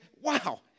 Wow